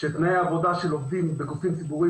שתנאי העבודה של עובדים בגופים ציבוריים